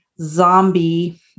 zombie